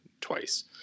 twice